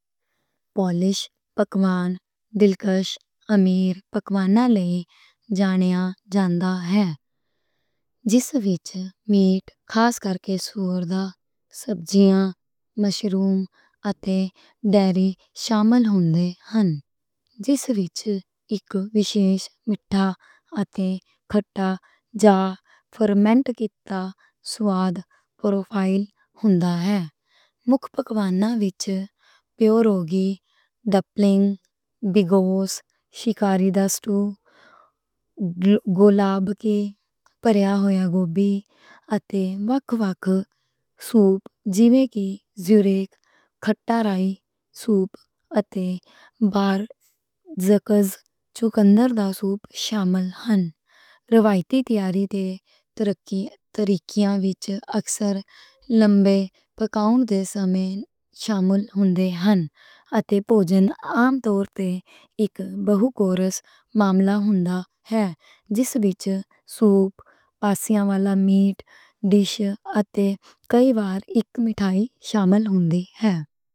پولش پکوان پکوانا لیے جانیاں ہے۔ جس وچ میٹ، خاص کرکے پورک، سبزیاں، مشروم اتے ڈیری شامل ہن۔ اس لیے اک وِشیش مٹھا اتے کھٹا جا فرمنٹ کِتا سواد پروفائل ہوندا ہے۔ مُک پکوانا وچ پیروگی، ڈمپلنگ، بیگوس، سٹو، گولابکی اتے وکھ وکھ سوپ، جی میں کہ جوریک، کھٹا رائی سوپ اتے بارشچ، چکندر دا سوپ شامل ہن۔ روایتی تیاری طریقیاں وچ اکثر لمبے پکاون دے سمیں شامل ہن۔ اتے بھوجن عام طور تے اک ملٹی کورس معاملہ ہوندا ہے، جس وچ سوپ، پاسے والا میٹ ڈش اتے کئی وار اک مٹھائی شامل ہندی ہے۔